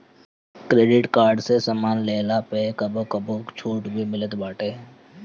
credit card से सामान लेहला पअ कबो कबो छुट भी मिलत बाटे